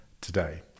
today